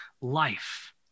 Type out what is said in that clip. life